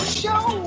show